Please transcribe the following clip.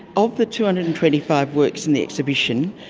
of the two hundred and twenty five works in the exhibition,